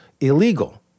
illegal